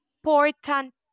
important